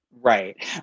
Right